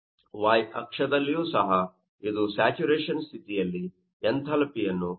Y ಅಕ್ಷದಲ್ಲಿಯೂ ಸಹಇದು saturation ಸ್ಥಿತಿಯಲ್ಲಿ ಎಂಥಾಲ್ಪಿಯನ್ನು ಪ್ರತಿನಿಧಿಸುತ್ತದೆ